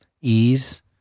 Ease